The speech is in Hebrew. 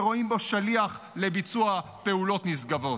ורואים בו שליח לביצוע פעולות נשגבות.